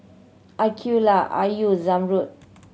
Aqeelah Ayu Zamrud